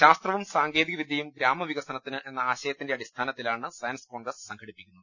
ശാസ്ത്രവും സാങ്കേതിക വിദ്യയും ഗ്രാമ വികസനത്തിന് എന്ന ആശയത്തിന്റെ അടിസ്ഥാനത്തിലാണ് സയൻസ് കോൺഗ്രസ് സംഘടിപ്പിക്കുന്നത്